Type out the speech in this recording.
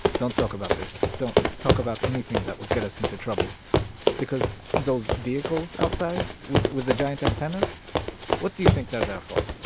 don't talk about this. don't talk about anything that would get us into trouble because those vehicles outside with the giant antennas what do you think they're there for?